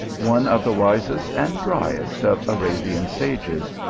one of the wisest and dryest of arabian sages,